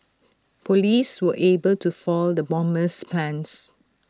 Police were able to foil the bomber's plans